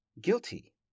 guilty